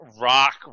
rock